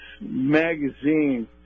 magazine